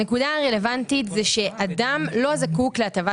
הנקודה הרלוונטית זה שאדם לא זקוק להטבת